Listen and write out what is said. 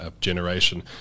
generation